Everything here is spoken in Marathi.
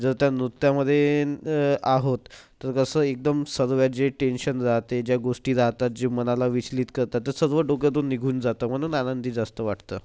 जर त्या नृत्यामध्ये आहोत तर कसं एकदम सर्वात जे टेन्शन रहाते ज्या गोष्टी राहतात जे मनाला विचलित करतात ते सर्व डोक्यातून निघून जातं म्हणून आनंदी जास्त वाटतं